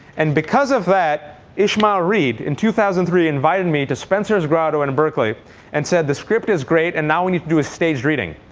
and because of that, ishmael reed in two thousand and three invited me to spencer's grotto in berkeley and said the script is great. and now we do a staged reading.